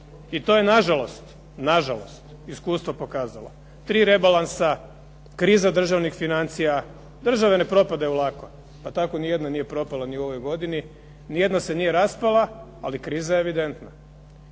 I to je na žalost, na žalost, iskustvo pokazalo. Tri rebalansa, kriza državnih financija. Države ne propadaju lako, pa tako ni jedna nije propala ni u ovoj godini, ni jedna se nije raspala, ali kriza je evidentna.